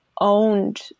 owned